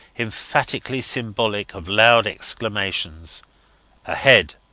emphatically symbolic of loud exclamations ahead,